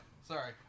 Sorry